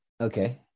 Okay